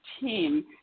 team